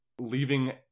leaving